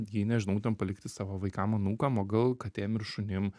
jį nežinau ten palikti savo vaikam anūkam o gal katėm ir šunim